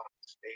state